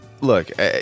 look